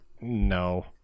no